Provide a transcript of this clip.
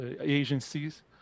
agencies